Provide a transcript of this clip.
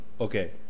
okay